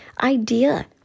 idea